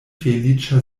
feliĉa